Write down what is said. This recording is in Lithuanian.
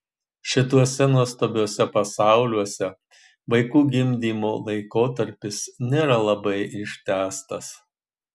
šituose nuostabiuose pasauliuose vaikų gimdymo laikotarpis nėra labai ištęstas